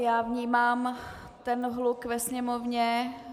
Já vnímám ten hluk ve sněmovně.